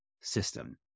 system